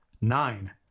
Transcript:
nine